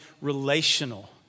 relational